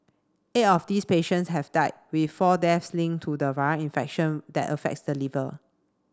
eight of these patients have died with four deaths link to the viral infection that affects the liver